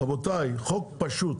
רבותיי, חוק פשוט.